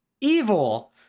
evil